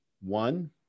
One